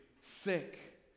sick